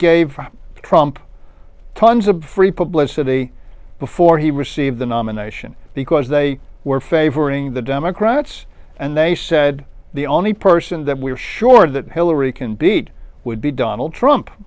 gave trump tons of free publicity before he received the nomination because they were favoring the democrats and they said the only person that we are sure that hillary can beat would be donald trump